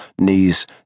knees